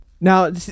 Now